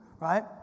right